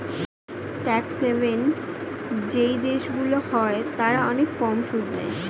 tax haven যেই দেশগুলো হয় তারা অনেক কম সুদ নেয়